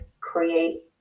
create